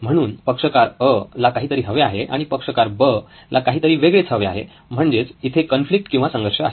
म्हणून पक्षकार 'अ' ला काहीतरी हवे आहे आणि पक्षकार 'ब' ला काहीतरी वेगळेच हवे आहे म्हणजेच इथे कॉन्फ्लिक्ट किंवा संघर्ष आहे